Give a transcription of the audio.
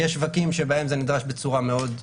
יש שווקים שבהם זה נדרש בצורה מאוד משמעותית,